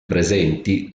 presenti